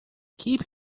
keep